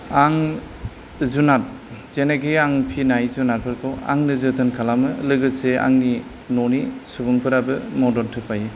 आं जुनाद जेनोखि आं फिसिनाय जुनारफोरखौ आंनो जोथोन खालामो लोगोसे आंनि न'नि सुबुंफोराबो मदद होफायो